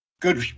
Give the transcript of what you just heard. good